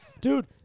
dude